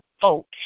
vote